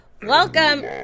Welcome